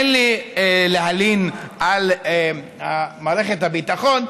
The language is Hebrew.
אין לי להלין על מערכת הביטחון,